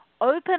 open